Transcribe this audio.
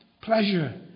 pleasure